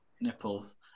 nipples